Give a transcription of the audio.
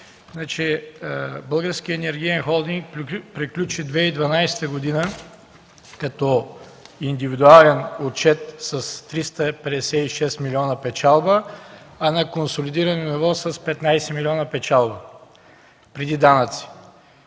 Българският енергиен холдинг приключи 2012 г. като индивидуален отчет с 356 млн. лв. печалба, а на консолидирано ниво с 15 милиона печалба преди данъците.